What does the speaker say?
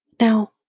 Now